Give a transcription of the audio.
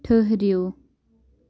ٹھٕہرِو